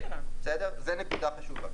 זו נקודה חשובה.